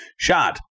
shot